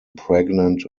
pregnant